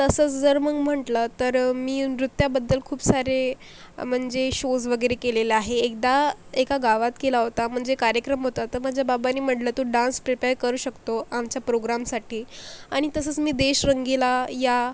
तसंच जर मग म्हंटलं तर मी नृत्याबद्दल खूप सारे म्हणजे शोज वगैरे केलेला आहे एकदा एका गावात केला होता म्हणजे कार्यक्रम होता तर माझ्या बाबानी म्हणलं तू डान्स प्रिपेय करू शकतो आमचा प्रोग्रामसाठी आणि तसंच मी देश रंगीला या